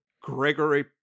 Gregory